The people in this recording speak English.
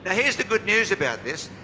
ah here's the good news about this.